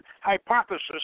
hypothesis